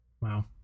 Wow